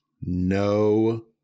no